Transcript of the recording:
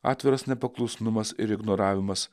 atviras nepaklusnumas ir ignoravimas